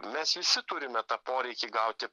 mes visi turime tą poreikį gauti